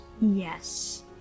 Yes